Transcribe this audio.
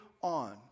on